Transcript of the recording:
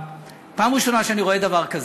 פעם ראשונה שאני רואה דבר כזה.